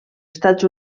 estats